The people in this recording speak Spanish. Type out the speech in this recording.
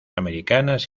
americanas